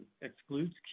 excludes